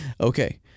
Okay